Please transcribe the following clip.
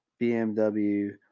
BMW